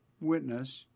witness